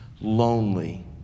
Lonely